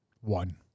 One